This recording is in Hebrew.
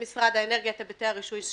למשרד האנרגיה את היבטי הרישוי שלו.